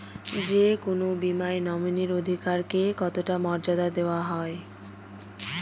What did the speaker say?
যে কোনো বীমায় নমিনীর অধিকার কে কতটা মর্যাদা দেওয়া হয়?